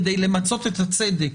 כדי למצות את הצדק,